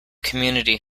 community